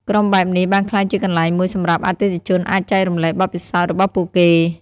ក្រុមបែបនេះបានក្លាយជាកន្លែងមួយសម្រាប់អតិថិជនអាចចែករំលែកបទពិសោធន៍របស់ពួកគេ។